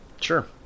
Sure